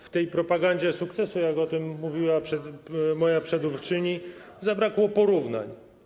W tej propagandzie sukcesu, jak o tym mówiła moja przedmówczyni, zabrakło porównań.